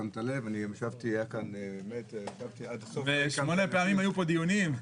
ושמונה פעמים היו פה דיונים.